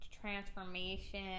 transformation